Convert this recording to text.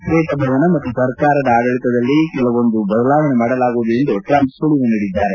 ಶ್ವೇತಭವನ ಮತ್ತು ಸರ್ಕಾರದ ಆಡಳಿತದಲ್ಲಿ ಕೆಲವೊಂದು ಬದಲಾವಣೆ ಮಾಡಲಾಗುವುದು ಎಂದು ಟ್ರಂಪ್ ಸುಳಿವು ನೀಡಿದ್ದಾರೆ